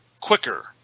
quicker